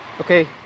okay